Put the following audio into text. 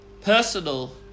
personal